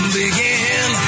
begin